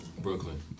Brooklyn